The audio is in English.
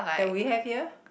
that we have here